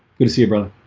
good to see you, brother